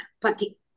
pati